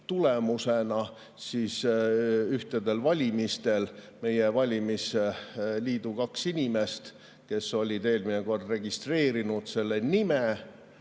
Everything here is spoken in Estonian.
tulemusena ühtedel valimistel meie valimisliidu kaks inimest, kes olid eelmine kord registreerinud selle